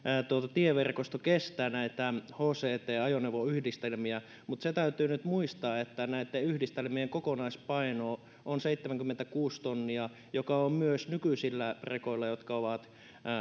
tieverkostomme kestää näitä hct ajoneuvoyhdistelmiä se täytyy nyt muistaa että näitten yhdistelmien kokonaispaino on seitsemänkymmentäkuusi tonnia joka on myös nykyisillä rekoilla jotka ovat